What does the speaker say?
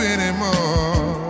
Anymore